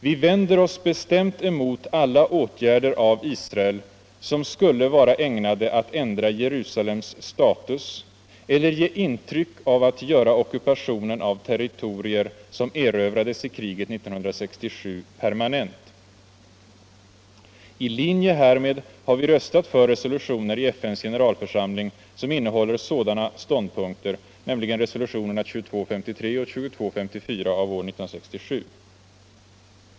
Vi vänder oss bestämt emot alla åtgärder av Israel som skulle vara ägnade att ändra Jerusalems status eller ge intryck av att göra ockupationen av territorier som erövrades i kriget 1967 permanent. I linje härmed har vi röstat för resolutioner i FN:s generalförsamling som innehåller sådana ståndpunkter, nämligen res. 2253 och 2254 av år 1967.